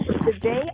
Today